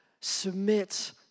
submit